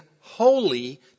holy